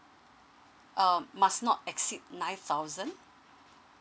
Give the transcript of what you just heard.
err must not exceed nine thousand